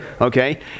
Okay